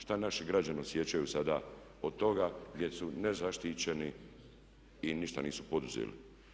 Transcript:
Šta naši građani osjećaju sada od toga jer su nezaštićeni i ništa nisu poduzeli.